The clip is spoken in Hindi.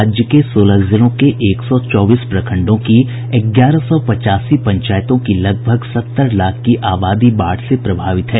राज्य के सोलह जिलों के एक सौ चौबीस प्रखंडों की ग्यारह सौ पचासी पंचायतों की लगभग सत्तर लाख की आबादी बाढ़ से प्रभावित है